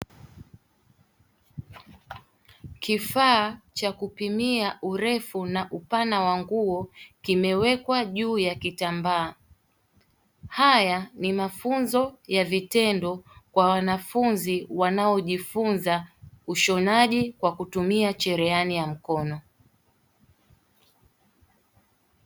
Kifaa cha kupimia urefu na upana wa nguo kimewekwa juu ya kitambaa, haya ni haya ni mafunzo ya vitendo kwa wanafunzi wanaojifunza ushonaji kwa kutumia cherehani ya mkono.